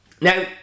Now